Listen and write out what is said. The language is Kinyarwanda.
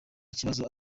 kibazo